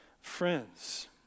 friends